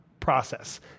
process